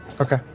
Okay